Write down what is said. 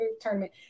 tournament